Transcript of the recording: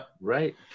Right